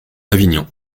avignon